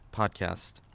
podcast